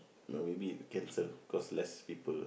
no you be cancel cause less people